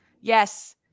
yes